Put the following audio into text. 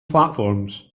platforms